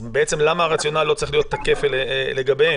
למה הרציונל לא צריך להיות תקף לגביהם?